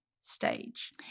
stage